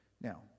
Now